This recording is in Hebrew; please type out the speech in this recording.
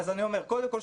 קודם כול,